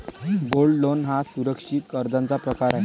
gold loan हा सुरक्षित कर्जाचा प्रकार आहे